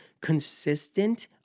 consistent